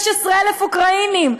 16,000 אוקראינים.